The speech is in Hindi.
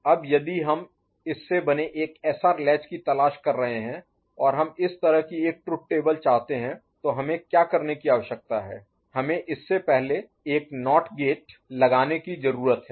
अब यदि हम इससे बने एक एसआर लैच की तलाश कर रहे हैं और हम इस तरह की एक ट्रुथ टेबल चाहते हैं तो हमें क्या करने की आवश्यकता है हमें इससे पहले एक नॉट गेट लगाने की जरूरत है